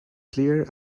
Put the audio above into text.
clear